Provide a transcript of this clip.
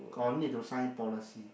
or need to sign policy